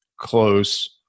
close